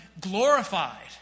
glorified